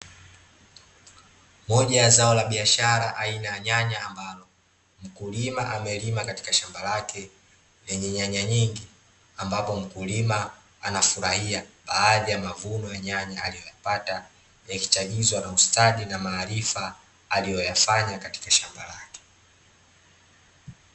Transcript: Moja ya zao la biashara aina ya nyanya ambalo mkulima amelima katika shamba lake lenye nyanya nyingi, ambapo mkulima anafurahia baadhi ya mavuno ya nyanya aliyoyapata yakichagizwa na ustadi na maarifa aliyoyafanya katika shamba lake.